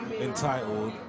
entitled